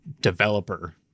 developer